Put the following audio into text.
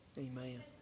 Amen